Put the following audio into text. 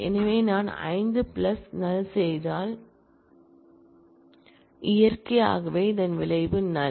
எனவே நான் 5 பிளஸ் நல் செய்தால் இயற்கையாகவே இதன் விளைவு நல்